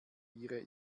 ihre